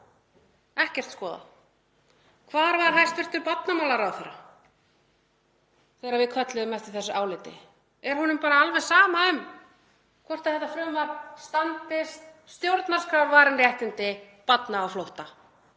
ekkert skoðað. Hvar var hæstv. barnamálaráðherra þegar við kölluðum eftir þessu áliti? Er honum bara alveg sama um hvort þetta frumvarp standist stjórnarskrárvarin réttindi barna á flótta?